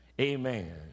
Amen